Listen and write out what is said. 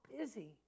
busy